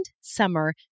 summer